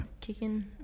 Kicking